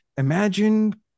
imagine